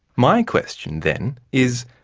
my question then is,